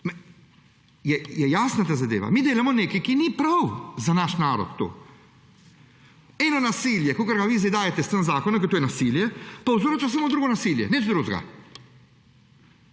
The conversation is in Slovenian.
Je jasna ta zadeva? Mi delamo nekaj, kar ni prav za naš narod. Eno nasilje, kakor ga vi zdaj dajete s tem zakonom – ker to je nasilje – povzroča samo drugo nasilje. Nič drugega.